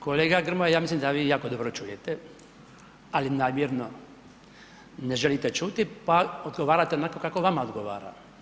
Kolega Grmoja, ja mislim da vi jako dobro čujete, ali namjerno ne želite čuti pa odgovarate onako kako vama odgovara.